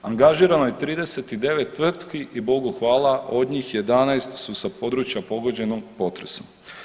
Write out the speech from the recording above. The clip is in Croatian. Angažirano je 39 tvrtki i Bogu hvala od njih 11 su sa područja pogođenog potresom.